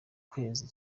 kwezi